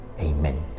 amen